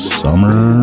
summer